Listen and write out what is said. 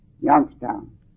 Youngstown